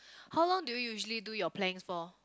how long do you usually do your planks for